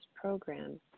program